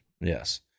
Yes